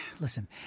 listen